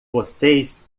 vocês